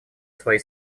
свои